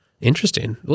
Interesting